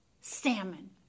salmon